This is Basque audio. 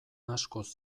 askoz